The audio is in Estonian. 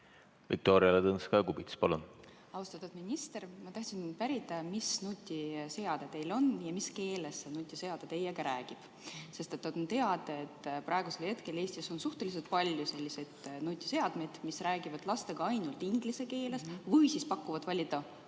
Viktoria Ladõnskaja-Kubits, palun! Austatud minister! Ma tahan pärida, mis nutiseade teil on ja mis keeles see nutiseade teiega räägib. On nimelt teada, et praegu on Eestis suhteliselt palju selliseid nutiseadmeid, mis räägivad lastega ainult inglise keeles või siis pakuvad valida